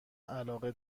علاقه